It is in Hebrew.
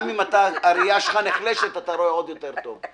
גם אם הראייה שלך נחלשת, אתה רואה עוד יותר טוב.